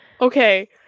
Okay